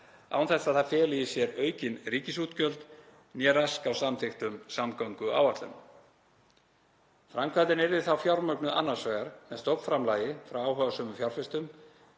án þess að það feli í sér aukin ríkisútgjöld eða rask á samþykktum samgönguáætlunum. Framkvæmdin yrði þá fjármögnuð annars vegar með stofnframlagi frá áhugasömum fjárfestum